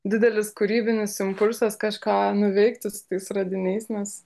didelis kūrybinis impulsas kažką nuveikti su tais radiniais nes